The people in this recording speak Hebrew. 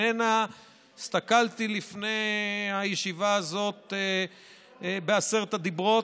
הסתכלתי לפני הישיבה הזאת בעשרת הדיברות,